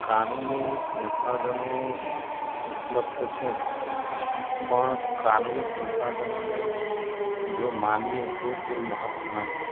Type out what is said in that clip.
કાનૂની સંસાધનો ઉપલબ્ધ તો છે પણ કાનૂની સંસાધનોને જો માનીએ તો તે મહત્વના છે